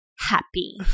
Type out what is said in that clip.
happy